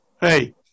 Hey